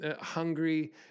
Hungry